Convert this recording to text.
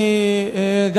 תודה רבה,